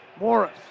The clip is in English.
Morris